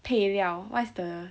配料 what's the